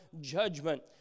judgment